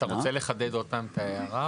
אתה רוצה לחדד עוד פעם את ההערה?